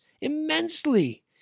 immensely